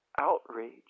outrage